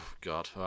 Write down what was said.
God